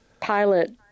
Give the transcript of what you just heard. pilot